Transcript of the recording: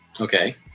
Okay